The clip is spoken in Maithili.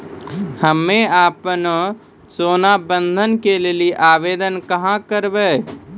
हम्मे आपनौ सोना बंधन के लेली आवेदन कहाँ करवै?